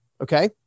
Okay